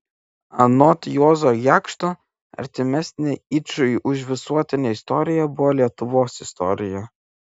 anot juozo jakšto artimesnė yčui už visuotinę istoriją buvo lietuvos istorija